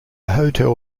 hotel